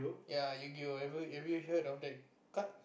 ya Yugioh have have you heard of that card